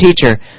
teacher